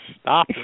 stop